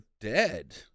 dead